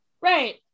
Right